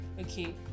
Okay